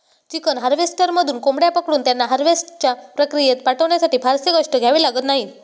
chicken हार्वेस्टरमधून कोंबड्या पकडून त्यांना हार्वेस्टच्या प्रक्रियेत पाठवण्यासाठी फारसे कष्ट घ्यावे लागत नाहीत